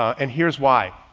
and here's why.